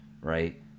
right